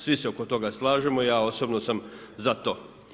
Svi se oko toga slažemo i ja osobno sam za to.